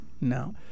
No